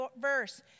verse